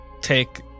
take